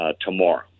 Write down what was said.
tomorrow